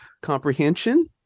comprehension